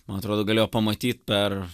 man atrodo galėjo pamatyt per